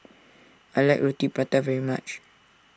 I like Roti Prata very much